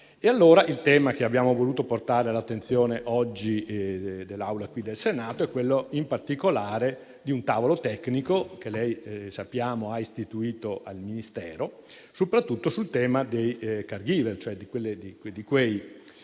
Il tema che oggi abbiamo voluto portare all'attenzione dell'Assemblea del Senato è quello, in particolare, di un tavolo tecnico che lei sappiamo ha istituito presso il Ministero, soprattutto sul tema dei *caregiver*, cioè i